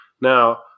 Now